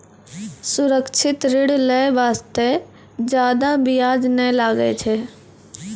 सुरक्षित ऋण लै बास्ते जादा बियाज नै लागै छै